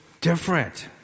different